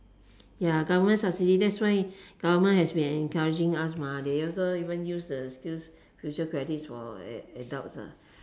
ya government subsidies that's why government has been encouraging us mah they also even use the skills future credits for ad~ adults ah